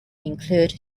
include